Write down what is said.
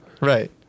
Right